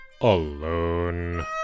alone